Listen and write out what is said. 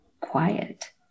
quiet